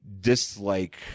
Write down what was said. dislike